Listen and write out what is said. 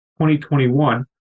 2021